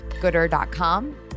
Gooder.com